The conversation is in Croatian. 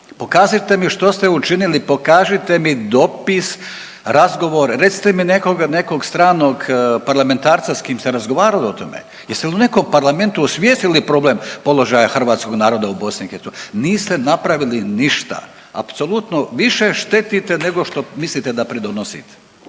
Pokažite mi što ste učinili, pokažite mi dopis, razgovor, recite mi nekoga, nekog stranog parlamentarca s kim ste razgovarali o tome, jeste li u nekom parlamentu osvijestili problem položaja hrvatskog naroda u BiH? Niste napravili ništa, apsolutno više štetite nego što mislite da pridonosite.